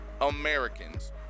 Americans